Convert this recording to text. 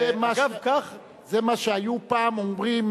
אגב כך, זה מה שהיו פעם אומרים